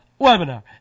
webinar